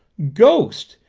ghost!